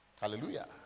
Hallelujah